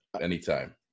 anytime